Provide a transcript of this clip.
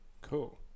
cool